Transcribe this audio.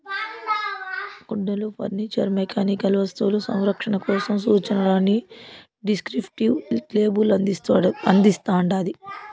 గుడ్డలు furniture mechanical వస్తువులు సంరక్షణ కోసం సూచనలని డిస్క్రిప్టివ్ లేబుల్ అందిస్తాండాది